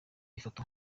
ifoto